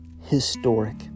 historic